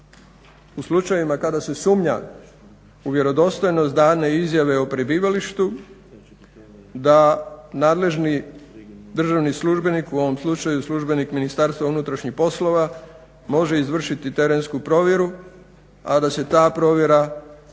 u slučajevima kada se sumnja u vjerodostojnost dane izjave o prebivalištu da nadležni državni službenik u ovom slučaju službenik Ministarstva unutrašnjih poslova može izvršiti terensku provjeru, a da se ta provjera obavi